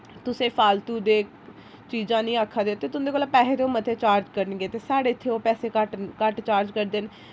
तुसें ई फालतू दियां चीजां न आखा दे ते तुं'दे कोला पैसे ते ओह् मते चार्ज करन गे ते साढ़े इत्थै ओह् पैसे घट्ट चार्ज करदे न